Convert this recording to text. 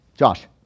Josh